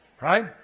Right